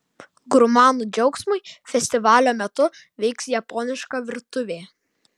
gurmanų džiaugsmui festivalio metu veiks japoniška virtuvė